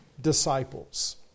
disciples